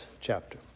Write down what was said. chapter